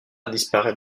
disparaître